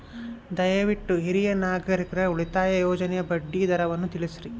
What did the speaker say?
ದಯವಿಟ್ಟು ಹಿರಿಯ ನಾಗರಿಕರ ಉಳಿತಾಯ ಯೋಜನೆಯ ಬಡ್ಡಿ ದರವನ್ನು ತಿಳಿಸ್ರಿ